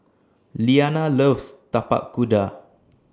Liana loves Tapak Kuda